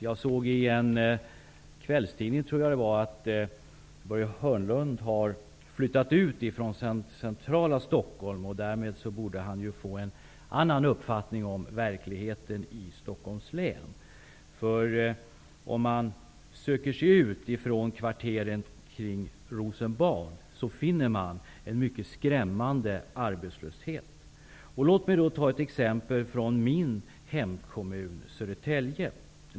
Jag såg i en kvällstidning att Börje Hörnlund har flyttat ut från centrala Stockholm, och därmed borde han få en annan uppfattning om verkligheten i Stockholms län. Om man söker sig ut från kvarteren kring Rosenbad finner man en mycket skrämmande arbetslöshet. Låt mig ta ett exempel från min hemkommun Södertälje.